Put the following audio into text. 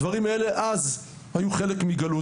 הדברים האלה אז היו חלק מגלות.